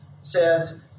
says